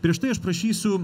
prieš tai aš prašysiu